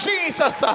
Jesus